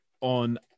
on